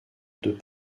deux